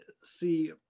see